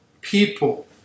people